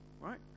right